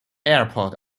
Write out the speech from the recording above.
airport